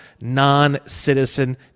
non-citizen